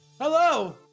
Hello